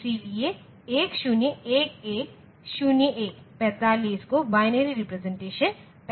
इसलिए 1 0 1 1 0 1 45 का binary representation है